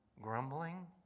grumbling